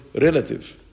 relative